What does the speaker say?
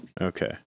Okay